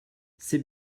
c’est